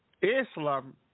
Islam